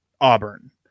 Auburn